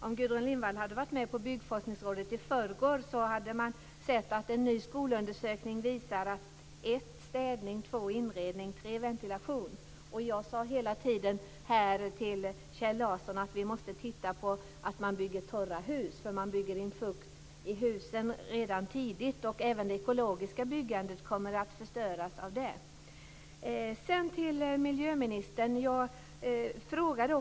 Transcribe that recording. Om Gudrun Lindvall hade varit med hos Byggforskningsrådet i förrgår hade hon fått reda på att en ny skolundersökning visar att det handlar om städning, inredning och ventilation. Jag sade till Kjell Larsson att vi måste se till att man bygger torra hus. Man bygger tidigt in fukt i husen. Även det ekologiska byggandet kommer att förstöras på så sätt. Till miljöministern vill jag säga följande.